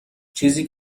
چیزی